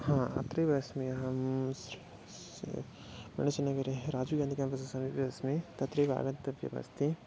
हा अत्रेव अस्मि अहं स् स् मेणसे नगरे राजीवगान्धी क्याम्पस् समीपे अस्मि तत्रैव आगत्य तत्रैव अस्ति